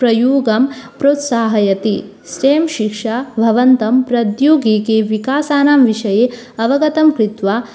प्रयोगं प्रोत्साहयति स्टें शिक्षा भवन्तं प्रौद्योगिकविकासानां विषये अवगतं कृत्वा